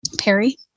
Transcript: Perry